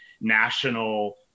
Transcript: National